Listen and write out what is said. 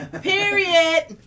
Period